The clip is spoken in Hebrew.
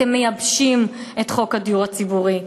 אתם מייבשים את חוק הדיור הציבורי.